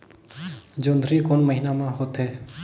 जोंदरी कोन महीना म होथे?